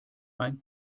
ein